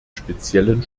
speziellen